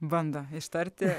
bando ištarti